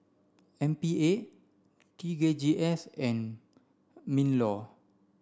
M P A T K G S and MINLAW